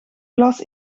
glas